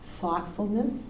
thoughtfulness